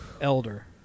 Elder